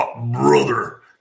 Brother